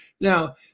Now